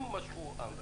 הם משכו ---.